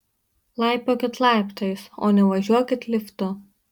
laipiokit laiptais o ne važiuokit liftu